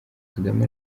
kagame